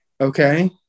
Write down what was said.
Okay